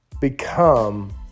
Become